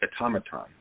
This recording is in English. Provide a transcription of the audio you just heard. Automaton